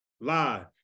Live